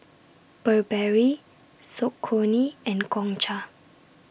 Burberry Saucony and Gongcha